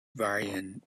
variant